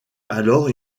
alors